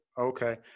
Okay